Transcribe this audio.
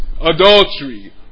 Adultery